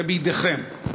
זה בידיכם.